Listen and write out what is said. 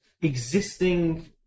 existing